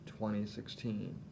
2016